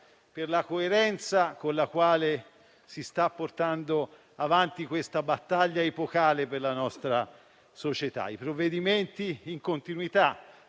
per la coerenza con la quale stanno portando avanti questa battaglia epocale per la nostra società e per i provvedimenti in continuità: